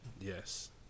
yes